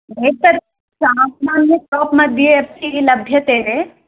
एतद् सामान्य शाप्मध्ये अपि लभ्यते